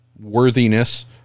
worthiness